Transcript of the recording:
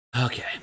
okay